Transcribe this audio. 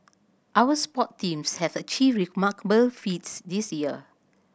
our sport teams have achieved remarkable feats this year